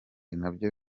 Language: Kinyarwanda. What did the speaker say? nabyo